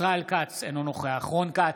ישראל כץ, אינו נוכח רון כץ,